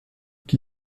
qui